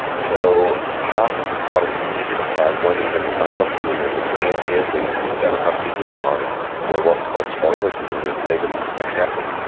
so half of the protestant unionist side weren't even signed up to the agreement. ian paisley's democratic unionist party were what's called spoilers in the agreement, they didn't accept it.